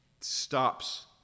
stops